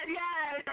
yes